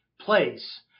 place